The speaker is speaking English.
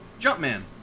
Jumpman